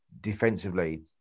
defensively